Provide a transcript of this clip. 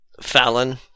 Fallon-